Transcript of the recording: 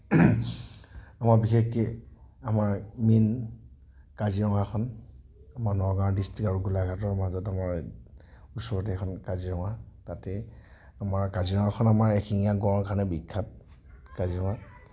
আমাৰ বিশেষকৈ আমাৰ মেইন কাজিৰঙাখন আমাৰ নগাঁও ডিষ্ট্ৰিক আৰু গোলাঘাটৰ মাজত আমাৰ ওচৰতে এইখন কাজিৰঙা তাতে আমাৰ কাজিৰঙাখন আমাৰ এশিঙিয়া গঁড়ৰ কাৰণে বিখ্যাত কাজিৰঙা